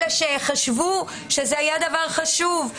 אלה שחשבו שזה היה דבר חשוב,